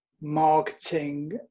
marketing